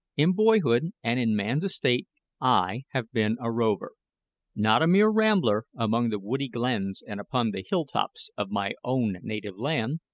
in boyhood, and in man's estate i have been a rover not a mere rambler among the woody glens and upon the hill-tops of my own native land,